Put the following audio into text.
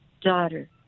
daughter